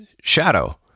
shadow